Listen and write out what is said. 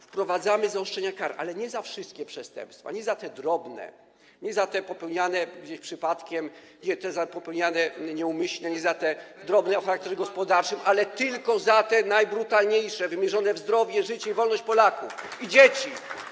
Wprowadzamy zaostrzenia kar, ale nie za wszystkie przestępstwa, nie za te drobne, nie za te popełniane gdzieś przypadkiem, nie za te popełniane nieumyślnie, nie za te drobne o charakterze gospodarczym, ale tylko za te najbrutalniejsze, wymierzone w zdrowie, życie i wolność Polaków i dzieci.